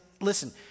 listen